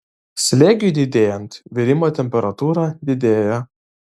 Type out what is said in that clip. slėgiui didėjant virimo temperatūra didėja